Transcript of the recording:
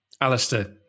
Alistair